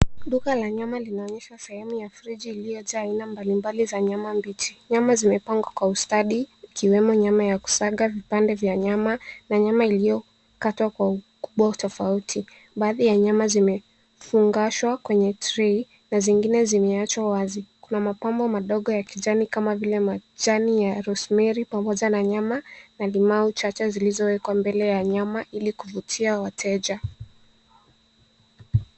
Duka la nyama linaonyesha sehemu ya friji iliyojaa aina mbalimbali za nyama mbichi. Nyama zimepangwa kwa ustadi ikiwemo nyama ya kusaga, vipande vya nyama na nyama iliyokatwa kwa ukubwa tofauti. Baadhi ya nyama zimefungashwa kwenye trei na zingine zimeachwa wazi. Kuna mapambo madogo ya kijani kama vile majani ya rosemary pamoja na nyama na limau chache zilizowekwa mbele ya nyama ili kuvutia wateja.